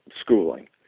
schooling